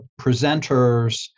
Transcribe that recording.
presenters